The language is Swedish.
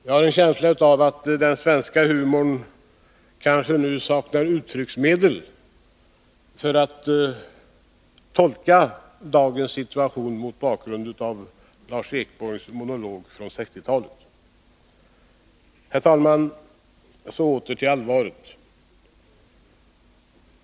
Jag har en känsla av att den svenska humorn saknar uttrycksmedel för hur dagens situation skall beskrivas mot bakgrund av Lars Ekborgs monolog från 1960-talet. Herr talman! Så åter till allvaret.